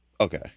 okay